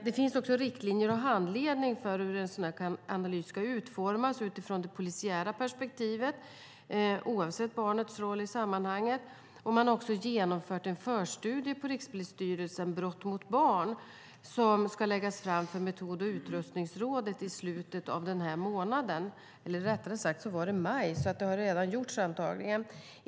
Det finns också riktlinjer och handledning för hur en sådan här analys ska utformas utifrån det polisiära perspektivet, oavsett barnets roll i sammanhanget. Man har också genomfört en förstudie Brott mot barn på Rikspolisstyrelsen som skulle läggas fram för metod och utrustningsrådet i slutet av maj, så det har antagligen redan gjorts.